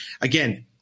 Again